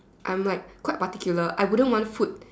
I'm like quite particular I wouldn't want food